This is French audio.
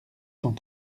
cent